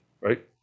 Right